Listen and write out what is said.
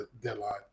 deadline